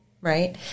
right